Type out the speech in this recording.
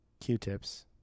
Q-tips